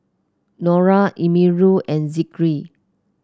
Nura Amirul and Zikri